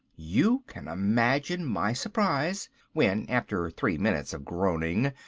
you can imagine my surprise when, after three minutes of groaning,